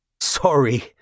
Sorry